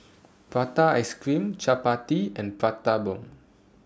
Prata Ice Cream Chappati and Prata Bomb